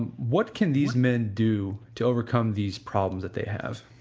what can these men do to overcome these problems that they have?